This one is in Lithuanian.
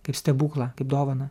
kaip stebuklą kaip dovaną